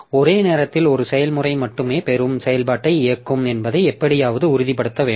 ஒரே நேரத்தில் ஒரு செயல்முறை மட்டுமே பெறும் செயல்பாட்டை இயக்கும் என்பதை எப்படியாவது உறுதிப்படுத்த வேண்டும்